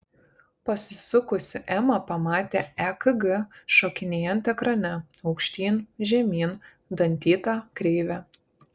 pasisukusi ema pamatė ekg šokinėjant ekrane aukštyn žemyn dantyta kreive